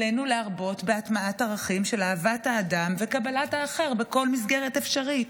עלינו להרבות בהטמעת ערכים של אהבת האדם וקבלת האחר בכל מסגרת אפשרית.